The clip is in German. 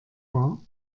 war